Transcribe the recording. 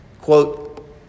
Quote